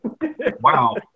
Wow